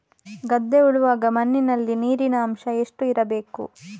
ಗದ್ದೆ ಉಳುವಾಗ ಮಣ್ಣಿನಲ್ಲಿ ನೀರಿನ ಅಂಶ ಎಷ್ಟು ಇರಬೇಕು?